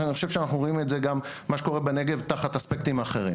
אני חושב שאנחנו רואים את זה בנגב גם תחת אספקטים אחרים.